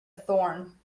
thorn